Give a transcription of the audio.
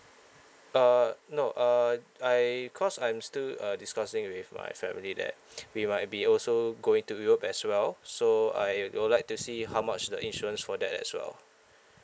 uh no uh I cause I'm still uh discussing with my family that we might be also going to europe as well so I will like to see how much the insurance for that as well